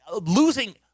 Losing